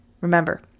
Remember